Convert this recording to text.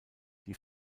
die